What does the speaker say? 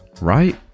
right